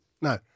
No